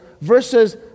versus